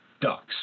ducks